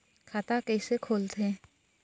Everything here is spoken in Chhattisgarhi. खाता कइसे खोलथें?